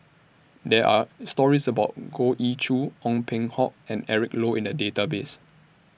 There Are stories about Goh Ee Choo Ong Peng Hock and Eric Low in The Database